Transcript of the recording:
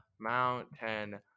mountain